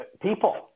people